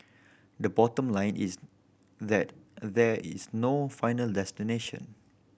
the bottom line is that there is no final destination